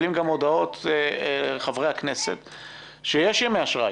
מקבלים הודעות שיש ימי אשראי.